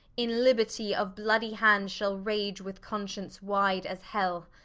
in libertie of bloody hand, shall raunge with conscience wide as hell,